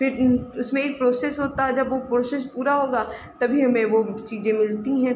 फिर उसमें एक प्रोसेस होता है जब वह प्रोसेस पूरा होगा तभी हमें वह चीज़ें मिलती हैं